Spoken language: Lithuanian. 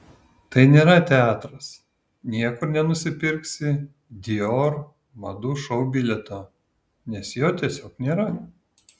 tai nėra teatras niekur nenusipirksi dior madų šou bilieto nes jo tiesiog nėra